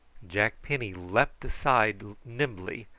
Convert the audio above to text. jack penny leaped aside nimbly,